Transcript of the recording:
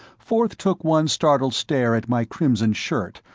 forth took one startled stare at my crimson shirt,